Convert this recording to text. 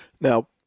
Now